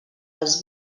els